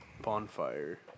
bonfire